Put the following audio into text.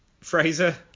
Fraser